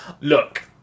Look